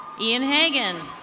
ian hagan.